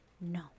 No